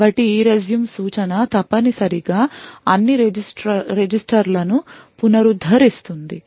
కాబట్టి ERESUME సూచన తప్పనిసరిగా అన్ని రిజిస్టర్లను పునరుద్ధరిస్తుంది